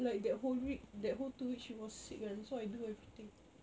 like that whole week that whole two weeks she was sick kan so I do everything